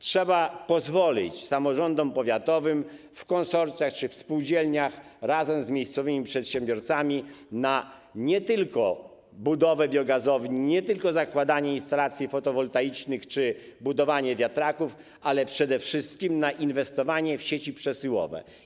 Trzeba więc pozwolić samorządom powiatowym w konsorcjach czy spółdzielniach, razem z miejscowymi przedsiębiorcami, nie tylko na budowę biogazowni, nie tylko na zakładanie instalacji fotowoltaicznych czy budowanie wiatraków, ale przede wszystkim na inwestowanie w sieci przesyłowe.